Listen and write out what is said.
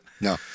no